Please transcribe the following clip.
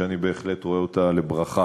שאני בהחלט רואה אותה בברכה.